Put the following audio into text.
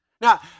Now